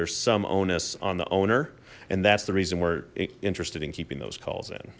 there's some onus on the owner and that's the reason we're interested in keeping those calls